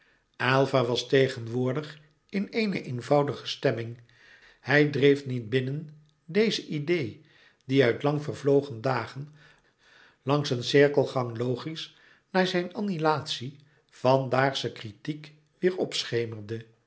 aylva was tegenwoordig in eene eenvoudige stemming hij dreef niet binnen deze idee die uit lang vervlogen dagen langs een cirkelgang logisch na zijn annihilatie van daagsche kritiek weêr opschemerde